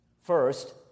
first